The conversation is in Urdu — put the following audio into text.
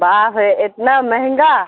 باپ رے ہے اتنا مہنگا